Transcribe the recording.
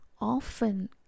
often